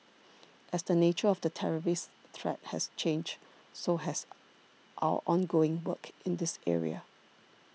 as the nature of the terrorist threat has changed so has our ongoing work in this area